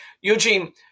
Eugene